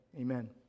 amen